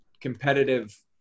competitive